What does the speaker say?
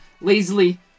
lazily